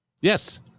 Yes